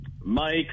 Mike